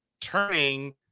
turning